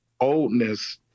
oldness